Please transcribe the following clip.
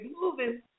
moving